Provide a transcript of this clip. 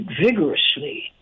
vigorously